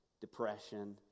depression